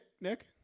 Nick